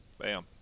bam